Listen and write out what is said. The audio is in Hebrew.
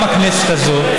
גם הכנסת הזאת,